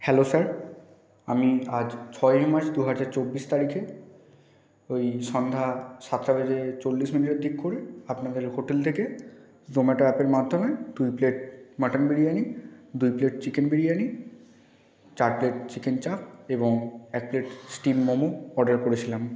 hello sir আমি আজ ছয়ই মার্চ দু হাজার চব্বিশ তারিখে ওই সন্ধ্যা সাতটা বেজে চল্লিশ মিনিটের দিক করে আপনাদের হোটেল থেকে জোমাটো অ্যাপের মাধ্যমে দুই প্লেট মাটন বিরিয়ানি দুই প্লেট চিকেন বিরিয়ানি চার প্লেট চিকেন চাপ এবং এক প্লেট স্টিম মোমো অর্ডার করেছিলাম